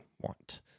want